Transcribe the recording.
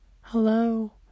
Hello